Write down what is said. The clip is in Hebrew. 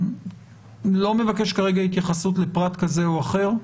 אני לא מבקש כרגע התייחסות לפרט כזה או אחר.